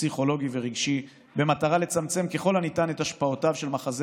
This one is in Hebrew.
פסיכולוגי ורגשי במטרה לצמצם ככל הניתן את השפעותיו של מחזה